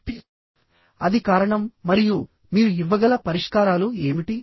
కాబట్టిఅది కారణం మరియు మీరు ఇవ్వగల పరిష్కారాలు ఏమిటి